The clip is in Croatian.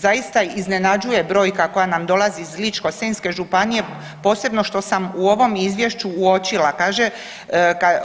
Zaista iznenađuje brojka koja nam dolazi iz Ličko-senjske županije, posebno što sam u ovom Izvješću uočila, kaže